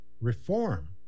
reform